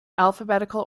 alphabetical